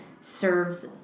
serves